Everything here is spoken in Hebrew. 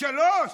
שלוש?